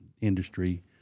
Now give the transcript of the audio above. industry